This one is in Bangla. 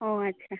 ও আচ্ছা